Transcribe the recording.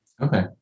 Okay